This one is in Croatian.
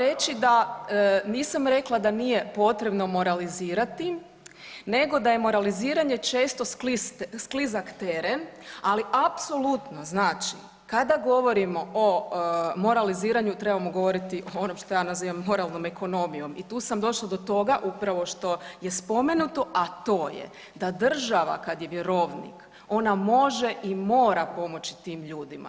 Pa moram reći da nisam rekla da nije potrebno moralizirati, nego da je moraliziranje često sklizak teren, ali apsolutno znači, kada govorimo o moraliziranju, trebamo govoriti o onome što ja nazivam moralnom ekonomijom i tu sam došla do toga upravo što je spomenuto, a to je da država, kad je vjerovnik, ona može i mora pomoći tim ljudima.